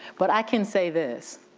but i can say this,